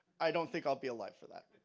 i don't think i'll be alive for that?